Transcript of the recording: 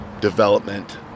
development